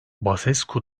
basescu